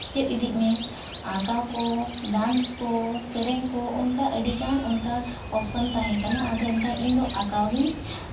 ᱪᱮᱫ ᱤᱫᱤᱜ ᱢᱮ ᱟᱸᱠᱟᱣ ᱠᱚ ᱰᱮᱱᱥ ᱠᱚ ᱥᱮᱨᱮᱧ ᱠᱚ ᱚᱱᱠᱟ ᱟᱹᱰᱤᱜᱟᱱ ᱚᱱᱠᱟ ᱚᱯᱷᱥᱮᱱ ᱛᱟᱦᱮᱸ ᱠᱟᱱᱟ ᱟᱫᱚ ᱮᱱᱠᱷᱟᱱ ᱤᱧᱫᱚ ᱟᱸᱠᱟᱣ ᱜᱤᱧ